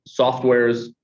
softwares